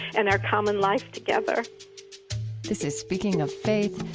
and our common life together this is speaking of faith.